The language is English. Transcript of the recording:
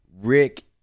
Rick